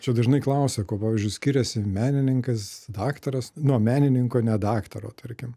čia dažnai klausia kuo pavyzdžiui skiriasi menininkas daktaras nuo menininko ne daktaro tarkim